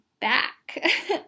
back